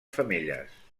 femelles